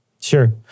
Sure